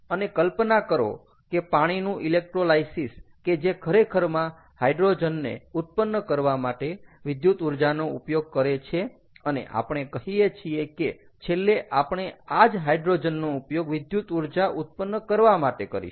અને કલ્પના કરો કે પાણીનું ઇલેક્ટ્રોલાઇસીસ કે જે ખરેખરમાં હાઇડ્રોજનને ઉત્પન્ન કરવા માટે વિદ્યુત ઊર્જાનો ઉપયોગ કરે છે અને આપણે કહીએ છીએ કે છેલ્લે આપણે આ જ હાઈડ્રોજનનો ઉપયોગ વિદ્યુત ઊર્જા ઉત્પન્ન કરવા માટે કરીશું